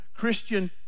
Christian